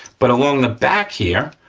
but along the back here,